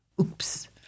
oops